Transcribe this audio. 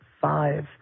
five